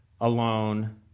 alone